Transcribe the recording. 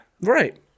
Right